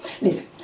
Listen